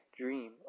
dream